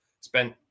spent